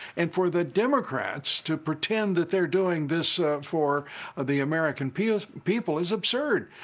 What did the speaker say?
and for the democrats to pretend that they're doing this for the american people people is absurd.